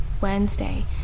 Wednesday